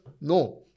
No